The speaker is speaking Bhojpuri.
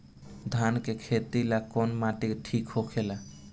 धान के खेती ला कौन माटी ठीक होखेला?